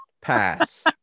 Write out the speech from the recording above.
pass